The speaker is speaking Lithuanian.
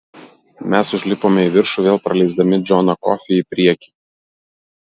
mes užlipome į viršų vėl praleisdami džoną kofį į priekį